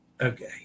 okay